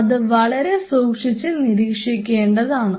അത് വളരെ സൂക്ഷിച്ചു നിരീക്ഷിക്കേണ്ടതാണ്